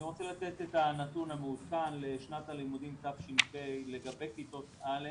אני רוצה לתת את הנתון המעודכן לשנת הלימודים תש"פ לגבי כיתות א',